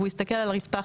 והוא הסתכל על הרצפה,